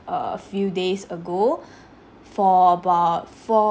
a few days ago for about four